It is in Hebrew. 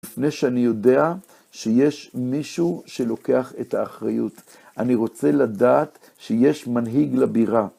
לפני שאני יודע שיש מישהו שלוקח את האחריות, אני רוצה לדעת שיש מנהיג לבירה.